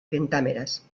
pentámeras